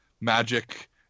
magic